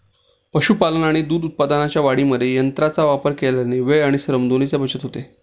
पशुपालन आणि दूध उत्पादनाच्या वाढीमध्ये यंत्रांचा वापर केल्याने वेळ आणि श्रम दोन्हीची बचत होते